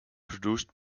produced